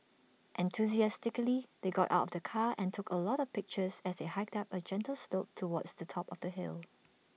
enthusiastically they got out of the car and took A lot of pictures as they hiked up A gentle slope towards the top of the hill